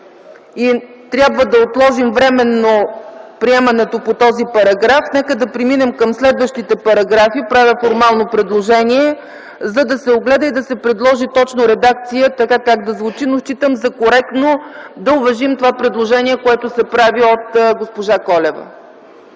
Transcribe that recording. и трябва да отложим временно приемането по този параграф, нека да преминем към следващите параграфи. Правя формално предложение, за да се огледа и да се предложи точна редакция как да звучи, но считам за коректно да уважим това предложение, което се прави от госпожа Колева.